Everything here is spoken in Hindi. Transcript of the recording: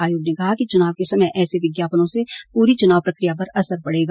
आयोग ने कहा कि चुनाव के समय ऐसे विज्ञापनों से पूरी चुनाव प्रक्रिया पर असर पड़ेगा